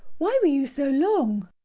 why were you so long?